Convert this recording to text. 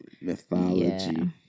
Mythology